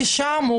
היא שם,